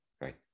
right